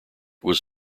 was